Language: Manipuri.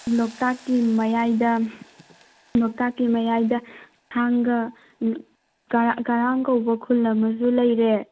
ꯂꯣꯛꯇꯥꯛꯀꯤ ꯃꯌꯥꯏꯗ ꯂꯣꯛꯇꯥꯛꯀꯤ ꯃꯌꯥꯏꯗ ꯊꯥꯡꯒ ꯎꯝ ꯀꯔꯥꯡ ꯀꯧꯕ ꯈꯨꯜ ꯑꯃꯁꯨ ꯂꯩꯔꯦ